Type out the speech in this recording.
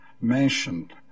mentioned